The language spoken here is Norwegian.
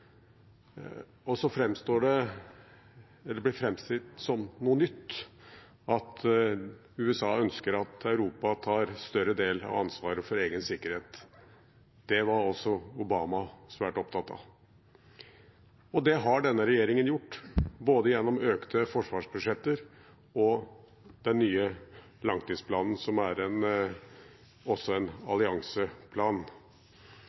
Det blir framstilt som noe nytt at USA ønsker at Europa tar større del av ansvaret for egen sikkerhet. Det var også Obama svært opptatt av. Det har denne regjeringen gjort, både gjennom økte forsvarsbudsjetter og ved den nye langtidsplanen, som også er en allianseplan. Som representanten Hansen var inne på, hadde komiteen en